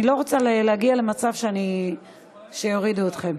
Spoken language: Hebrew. אני לא רוצה להגיע למצב שיורידו אתכם.